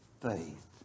faith